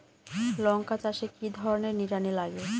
লঙ্কা চাষে কি ধরনের নিড়ানি লাগে?